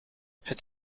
het